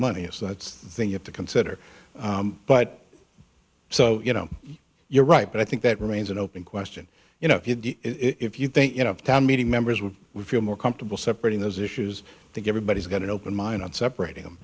money as that's the thing you have to consider but so you know you're right but i think that remains an open question you know if you think you know town meeting members would we feel more comfortable separating those issues that everybody's got an open mind on separating them